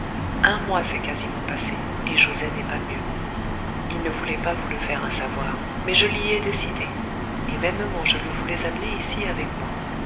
un mois s'est quasiment passé et joset n'est pas mieux il ne voulait pas vous le faire assavoir mais je l'y ai décidé et mêmement je le voulais amener ici avec moi